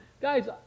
guys